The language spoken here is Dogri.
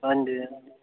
हां जी